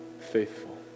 faithful